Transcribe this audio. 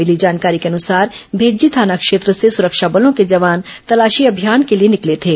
मिली जानकारी के अनुसार भेज्जी थाना क्षेत्र से सुरक्षा बलों के जवान तलाशी अभियान के लिए निकले थे